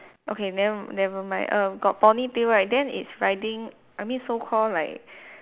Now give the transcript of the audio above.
okay never never mind err got ponytail right then it's riding I mean so called like